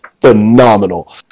phenomenal